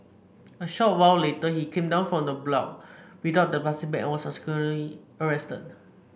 a short while later he came down from the block without the plastic bag and was subsequently arrested